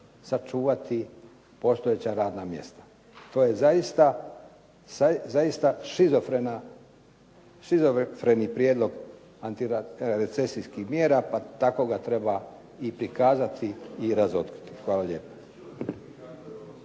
sačuvati postojeća radna mjesta. To je zaista shizofreni prijedlog antirecesijskih mjera pa tako ga treba i prikazati i razotkriti. Hvala lijepa.